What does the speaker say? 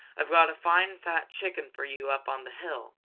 i've got a fine fat chicken for you up on the hill,